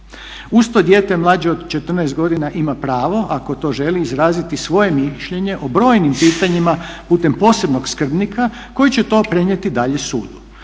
Uz to dijete mlađe od 14 godina ima pravo ako to želi izraziti svoje mišljenje o brojnim pitanjima putem posebnog skrbnika koji će to prenijeti dalje sudu.